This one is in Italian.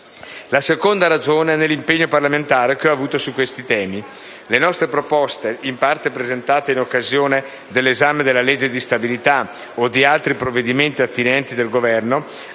La seconda ragione è nell'impegno parlamentare che ho avuto su questi temi. Le nostre proposte, in parte presentate in occasione dell'esame della legge di stabilità o di altri provvedimenti attinenti del Governo,